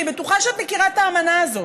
אני בטוחה שאת מכירה את האמנה הזאת.